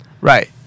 Right